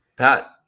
Pat